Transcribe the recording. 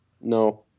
No